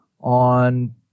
on